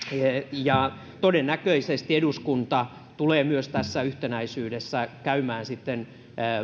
todennäköisesti eduskunta tulee myös tässä yhtenäisyydessä käymään sitten